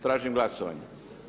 Tražim glasovanje.